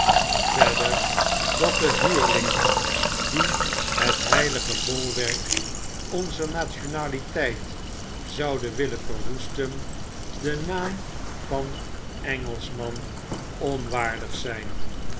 verder dat de huurlingen die het heilige bolwerk onzer nationaliteit zouden willen verwoesten den naam van engelschman onwaardig zijn